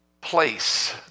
place